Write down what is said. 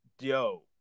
yo